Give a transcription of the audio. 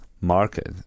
market